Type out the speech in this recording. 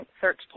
search